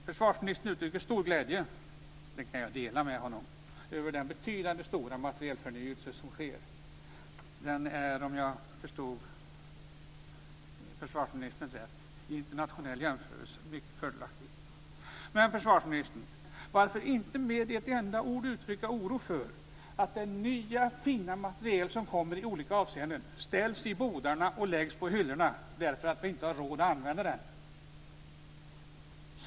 Försvarsministern uttrycker stor glädje - den kan jag dela med honom - över den betydande stora materielförnyelse som vi ser. Den är om jag förstod försvarsministern rätt i internationell jämförelse mycket fördelaktig. Men, försvarsministern, varför inte med ett enda ord uttrycka oro för att den nya fina materiel som kommer i olika avseende ställs i bodarna och läggs på hyllorna därför att vi inte har råd att använda den?